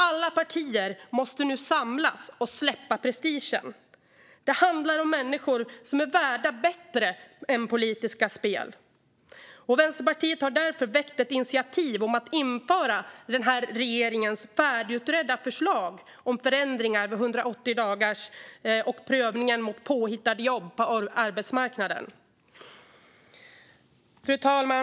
Alla partier måste nu samlas och släppa prestigen. Det handlar om människor som är värda bättre än politiskt spel. Vänsterpartiet har därför väckt ett initiativ om att införa regeringens färdigutredda förslag om förändringar av 180-dagarsregeln och prövningen mot påhittade jobb på arbetsmarknaden. Fru talman!